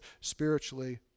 spiritually